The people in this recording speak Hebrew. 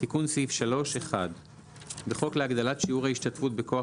סעיף 3 1. בחוק להגדלת שיעור ההשתתפות בכוח